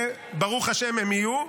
וברוך השם, הם יהיו.